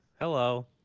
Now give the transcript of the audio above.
Hello